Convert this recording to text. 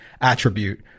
attribute